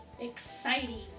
Exciting